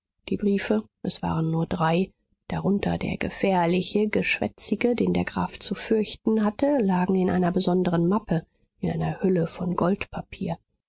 die briefe es waren nur drei darunter der gefährliche geschwätzige den der graf zu fürchten hatte lagen in einer besonderen mappe in einer hülle von